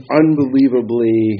unbelievably